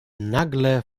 nagle